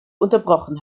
unterbrochen